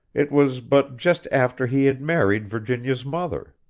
it was but just after he had married virginia's mother.